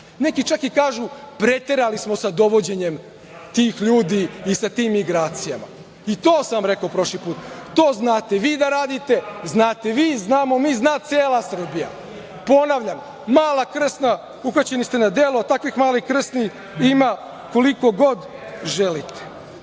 Neki čak i kažu – preterali smo sa dovođenjem tih ljudi i sa tim migracijama. I to sam vam rekao prošli put. To znate vi da radite, znate vi, znamo mi, zna cela Srbija. Ponavljam, Mala Krsna, uhvaćeni ste na delu, a takvih Malih Krsni ima koliko god